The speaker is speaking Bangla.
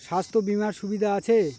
স্বাস্থ্য বিমার সুবিধা আছে?